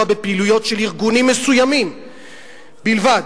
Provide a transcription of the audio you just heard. בפעילויות של ארגונים מסוימים בלבד,